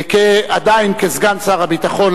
עדיין כסגן שר הביטחון,